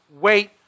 wait